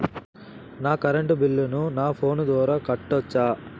నా కరెంటు బిల్లును నా ఫోను ద్వారా కట్టొచ్చా?